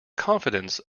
confidence